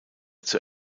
zur